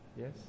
Yes